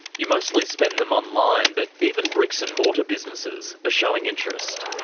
you mostly spend them online, but even bricks and mortar businesses are showing interest.